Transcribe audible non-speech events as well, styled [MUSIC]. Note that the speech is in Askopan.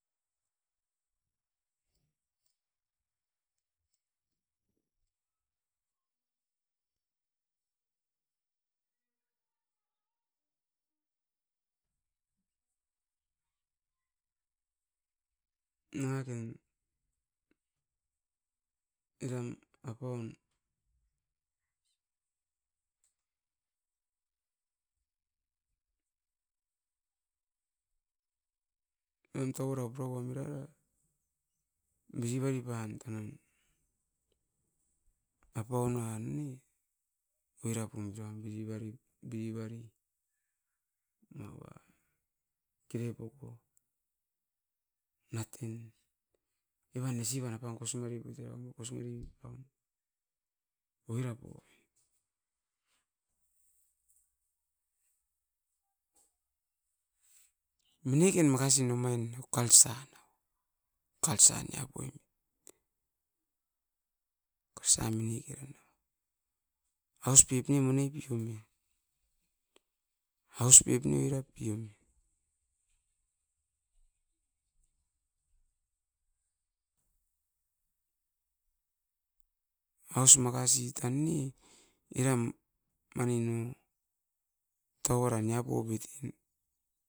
[NOISE] Nanga ken eram apaun, euam tauara purapam oirara, misivari pan tanan. Apaunuan ne, oira pum tuaim birivari-birivari maua kere poko, naten evan nesivan apan kosimari poit era mou kosimare paun. Oirap orain, miniken makasin omait nao culture nao, culture nia poim kosai minikere nao, aus pep ne moni pipon ne, aus pep ne oirap pion. Aus makasi tan ne? Eram, manin o tauara nia popiten.